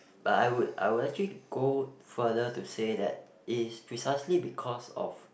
but I would I would actually go further to say that it is precisely because of